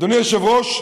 אדוני היושב-ראש,